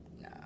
nah